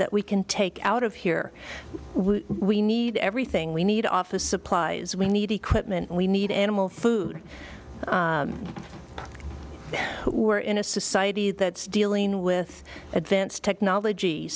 that we can take out of here we need everything we need office supplies we need equipment we need animal food we're in a society that's dealing with advanced technology